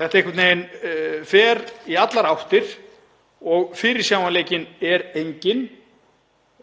Þetta einhvern veginn fer í allar áttir og fyrirsjáanleikinn er enginn.